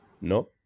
No